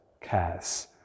cares